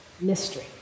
mystery